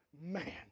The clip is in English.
man